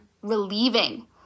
relieving